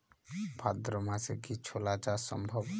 ভাদ্র মাসে কি ছোলা চাষ সম্ভব?